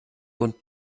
und